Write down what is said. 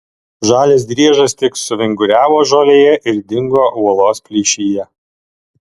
žalias driežas tik suvinguriavo žolėje ir dingo uolos plyšyje